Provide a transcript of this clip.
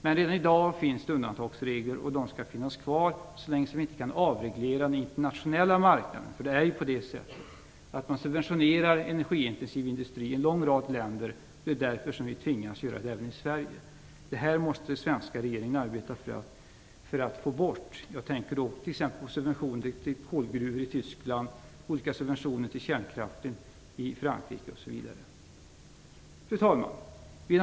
Men redan i dag finns det undantagsregler, och de skall finnas kvar så länge som vi inte kan avreglera den internationella marknaden. För det är ju på det sättet att man subventionerar en energiintensiv industri i en lång rad länder. Det är därför som vi tvingas göra det även i Sverige. Det här måste den svenska regeringen arbeta för att få bort. Jag tänker på subventioner till kolgruvor i Tyskland, olika subventioner till kärnkraft i Frankrike, osv. Fru talman!